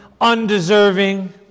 undeserving